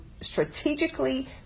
strategically